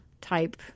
type